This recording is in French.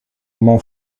mon